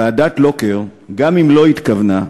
ועדת לוקר, גם אם לא התכוונה,